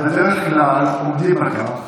אז בדרך כלל עומדים על כך,